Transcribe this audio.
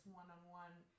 one-on-one